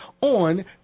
on